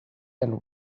and